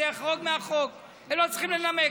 זה יחרוג מהחוק, הם אפילו לא צריכים לנמק.